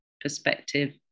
perspective